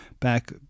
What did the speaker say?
back